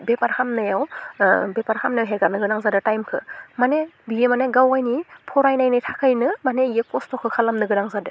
बेफार खामनायाव बेफार खामनाहै जानो गोनां जादों टाइमखो माने बियो माने गावाइनि फरायनायनि थाखायनो माने इयो खस्थखौ खालामनो गोनां जादों